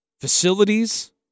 facilities